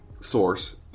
Source